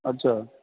अच्छा